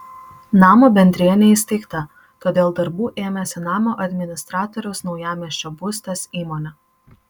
namo bendrija neįsteigta todėl darbų ėmėsi namo administratoriaus naujamiesčio būstas įmonė